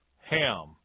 Ham